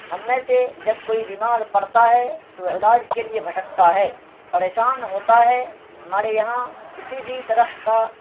ہم میں سے جب کوئی بیمار پڑتا ہے تو علاج کے لیے بھٹکتا ہے پریشان ہوتا ہے ہمارے یہاں کسی بھی طرح کا